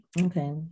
okay